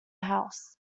house